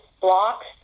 blocks